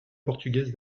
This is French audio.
portugaises